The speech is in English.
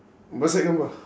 whatsapp gambar